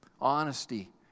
honesty